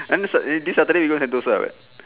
understand is this saturday you go sentosa right